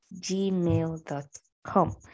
gmail.com